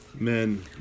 men